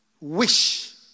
wish